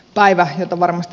hyvät edustajat